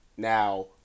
Now